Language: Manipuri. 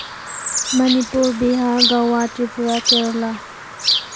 ꯃꯅꯤꯄꯨꯔ ꯕꯤꯍꯥꯔ ꯒꯋꯥ ꯇ꯭ꯔꯤꯄꯨꯔꯥ ꯀꯦꯔꯂꯥ